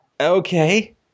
okay